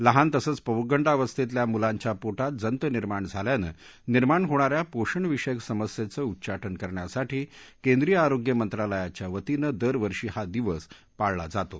लहान तसंच पौगंडावस्थेतल्या मुलांच्या पोटात जंत निर्माण झाल्यानं निर्माण होणाऱ्या पोषण विषयक समस्येचं उच्चाटन करण्यासाठी केंद्रीय आरोग्य मंत्रालयाच्या वतीनं दरवर्षी हा दिवस पाळला जातो